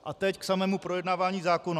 A teď k samému projednávání zákona.